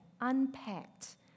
unpacked